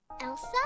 Elsa